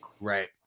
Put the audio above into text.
Right